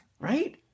right